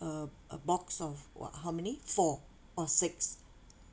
a a box of what how many four or six